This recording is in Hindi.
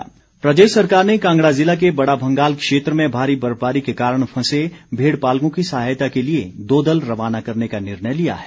मुख्य सचिव प्रदेश सरकार ने कांगड़ा ज़िला के बड़ा भंगाल क्षेत्र में भारी बर्फबारी के कारण फंसे भेड़पालकों की सहायता के लिए दो दल रवाना करने का निर्णय लिया है